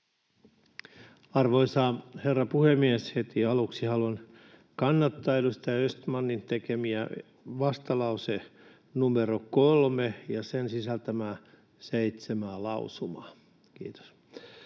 Arvoisa herra puhemies! Heti aluksi haluan kannattaa edustaja Östmanin esittämiä vastalauseeseen 3 sisältyviä seitsemää lausumaa. Kiitos.